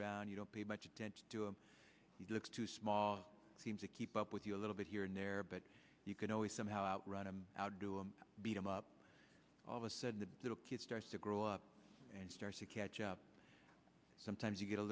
around you don't pay much attention to him he looks too small team to keep up with you a little bit here and there but you could always somehow run him out to beat him up all of a sudden the little kid starts to grow up and start to catch up sometimes you get a